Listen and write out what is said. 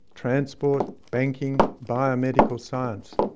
transport, banking, biomedical science.